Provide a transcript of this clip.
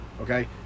Okay